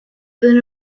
than